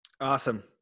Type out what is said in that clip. Awesome